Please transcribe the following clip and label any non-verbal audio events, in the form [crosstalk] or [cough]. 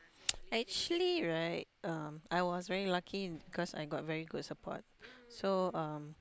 [noise] actually right um I was very lucky because I got very good support so um